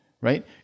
right